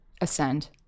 Ascend